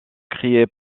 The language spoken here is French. créée